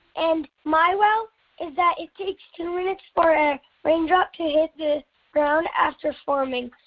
and my wow is that it takes two minutes for a raindrop to hit the ground after forming.